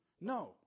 no